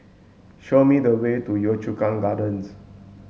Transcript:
show me the way to Yio Chu Kang Gardens